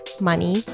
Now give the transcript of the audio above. money